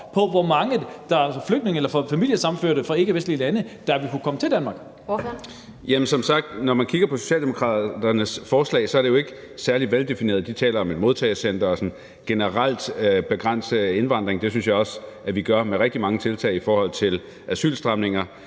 fg. formand (Annette Lind): Ordføreren. Kl. 15:23 Marcus Knuth (KF): Som sagt, når man kigger på Socialdemokraternes forslag, er det jo ikke særlig veldefineret. De taler om et modtagecenter og om generelt at begrænse indvandringen. Det synes jeg også vi gør med rigtig mange tiltag i forhold til asylstramninger.